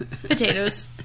Potatoes